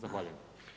Zahvaljujem.